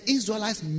Israelites